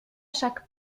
chaque